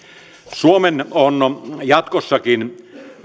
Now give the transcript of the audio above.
suomen on jatkossakin